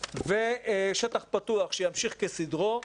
ושטח פתוח שימשיך כסדרו,